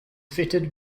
fitted